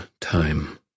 time